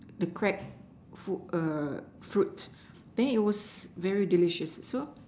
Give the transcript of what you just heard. the cracked food err fruit then it was very delicious so